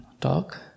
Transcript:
talk